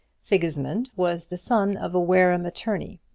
sigismund was the son of a wareham attorney,